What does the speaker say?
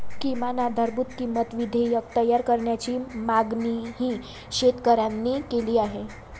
किमान आधारभूत किंमत विधेयक तयार करण्याची मागणीही शेतकऱ्यांनी केली आहे